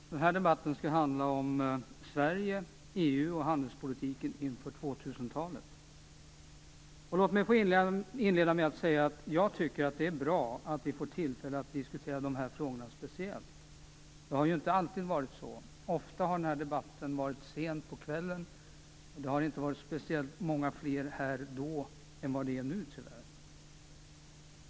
Herr talman! Denna debatt skall handla om Sverige, EU och handelspolitiken inför 2000-talet. Låt mig få inleda med att säga att jag tycker att det är bra att vi får tillfälle att diskutera dessa frågor speciellt. Det har inte alltid varit så. Ofta har denna debatt hållits sent på kvällen, och det har inte varit speciellt många fler här då än vad det är nu, tyvärr.